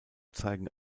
zeigen